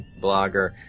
Blogger